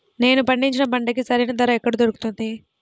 నేను పండించిన పంటకి సరైన ధర ఎక్కడ దొరుకుతుంది?